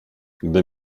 gdy